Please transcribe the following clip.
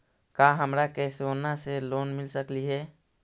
का हमरा के सोना से लोन मिल सकली हे?